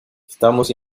estamos